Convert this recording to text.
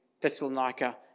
Thessalonica